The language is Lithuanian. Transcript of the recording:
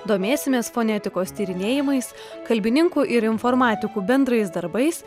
domėsimės fonetikos tyrinėjimais kalbininkų ir informatikų bendrais darbais